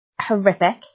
horrific